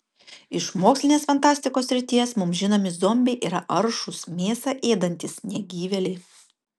iš mokslinės fantastikos srities mums žinomi zombiai yra aršūs mėsą ėdantys negyvėliai